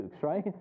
right